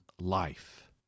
life